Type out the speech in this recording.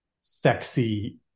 sexy